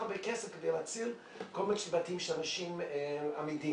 הרבה כסף כדי להציל קומץ בתים של אנשים אמידים.